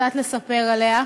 קצת לספר עליה.